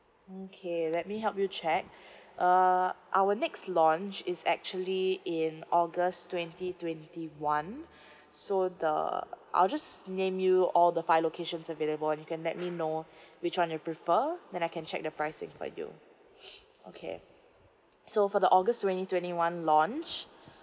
okay let me help you check uh our next launch is actually in august twenty twenty one so the I'll just name you all the five locations available and you can let me know which one you prefer then I can check the pricing for you okay so for the august twenty twenty one launch